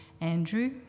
Andrew